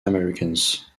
americans